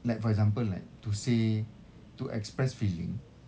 like for example like to say to express feeling